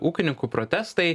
ūkininkų protestai